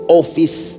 office